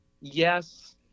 yes